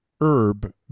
Herb